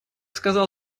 сказал